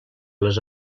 les